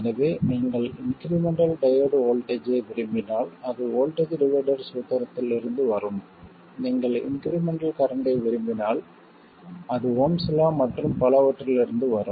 எனவே நீங்கள் incremental diode voltage ஐ விரும்பினால் அது வோல்ட்டேஜ் டிவைடர் சூத்திரத்தில் இருந்து வரும் நீங்கள் இன்க்ரிமெண்ட்டல் கரண்ட்டை விரும்பினால் அது ஓம்ஸ் லா மற்றும் பலவற்றிலிருந்து வரும்